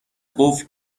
قفل